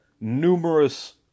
numerous